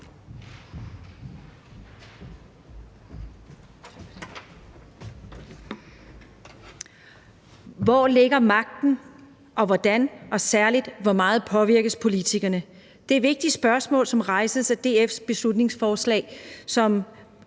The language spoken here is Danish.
Hvor ligger magten, og hvordan og særlig hvor meget påvirkes politikerne? Det er vigtige spørgsmål, som rejses i DF's beslutningsforslag, som